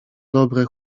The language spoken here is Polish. dobre